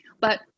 But-